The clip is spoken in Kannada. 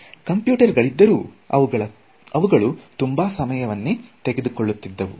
ಕಂಪ್ಯೂಟರ್ ಗಳಿದ್ದರೂ ಅವುಗಳು ತುಂಬಾ ಸಮಯವನ್ನು ತೆಗೆದುಕೊಳ್ಳುತ್ತಿದ್ದರು